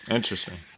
Interesting